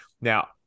Now